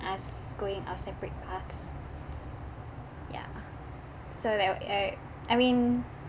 us going our separate paths ya so like I I mean